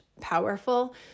powerful